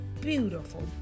beautiful